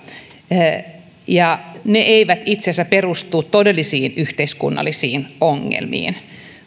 ja ne eivät itse asiassa perustu todellisiin yhteiskunnallisiin ongelmiin